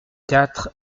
quatre